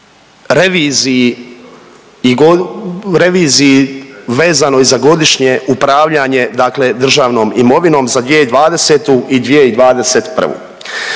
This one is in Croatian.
reviziji vezano za godišnje upravljanje dakle državnom imovinom za 2020. i 2021.